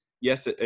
yes